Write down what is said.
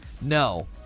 no